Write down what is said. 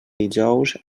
dijous